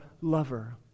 lover